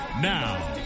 Now